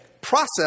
process